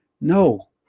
No